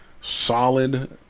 solid